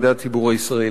בציבור הישראלי.